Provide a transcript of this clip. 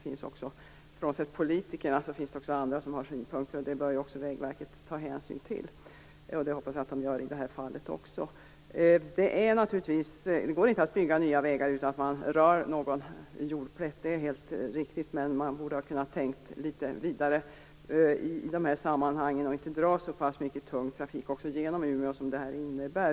Frånsett politikerna finns det alltså även andra som har synpunkter, och det bör också Vägverket ta hänsyn till. Det hoppas jag att verket också gör i det här fallet. Det går naturligtvis inte att bygga nya vägar utan att man rör någon jordplätt. Det är helt riktigt. Men man borde ha kunnat tänka litet vidare i de här sammanhangen och inte dra så pass mycket tung trafik genom Umeå som det här innebär.